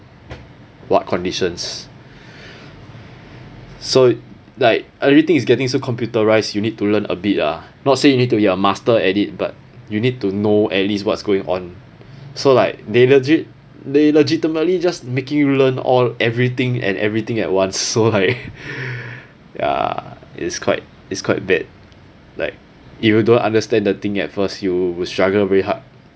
what conditions so like everything is getting so computerized you need to learn a bit lah not say you need to be a master at it but you need to know at least what's going on so like they legit they legitimately just making you learn all everything and everything at once so like ya it's quite it's quite bad like if you don't understand the thing at first you will struggle very hard